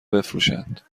بفروشند